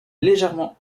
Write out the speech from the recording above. légèrement